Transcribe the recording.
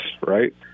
right